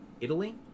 italy